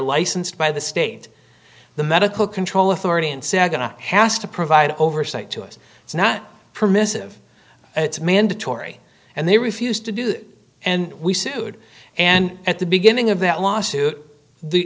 licensed by the state the medical control authority and said going to has to provide oversight to us it's not permissive it's mandatory and they refused to do and we sued and at the beginning of that lawsuit the